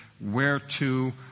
whereto